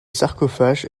sarcophage